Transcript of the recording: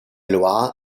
loire